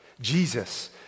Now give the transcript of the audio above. Jesus